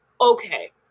okay